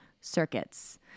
circuits